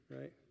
right